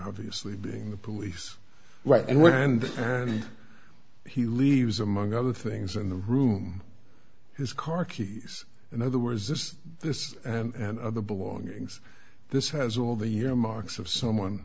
obviously being the police what and when and and he leaves among other things in the room his car keys in other words this this and other belongings this has all the year marks of someone